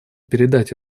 передать